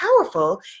powerful